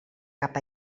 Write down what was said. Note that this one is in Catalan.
cap